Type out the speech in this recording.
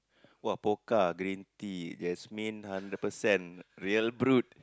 !wah! Pokka green tea jasmine hundred percent real brewed